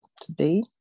today